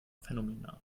phänomenal